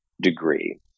degree